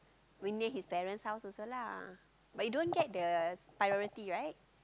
very near his parents' house also lah but you don't the priority right